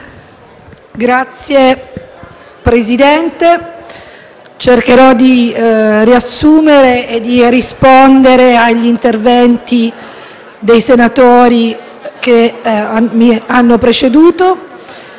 Signor Presidente, cercherò di riassumere e di rispondere agli interventi dei senatori che mi hanno preceduto.